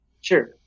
Sure